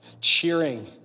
cheering